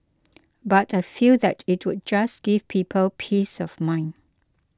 but I feel that it would just give people peace of mind